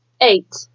Eight